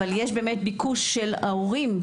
אבל יש עלייה בביקוש מצד ההורים,